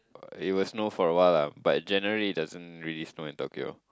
it will snow for awhile la but January it doesn't really snow in Tokyo